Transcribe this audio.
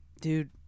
Dude